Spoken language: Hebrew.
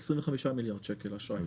25 מיליארד שקל אשראי.